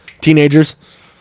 Teenagers